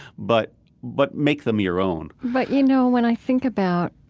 but but make them your own but, you know, when i think about,